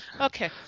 Okay